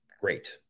great